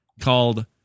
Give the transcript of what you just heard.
called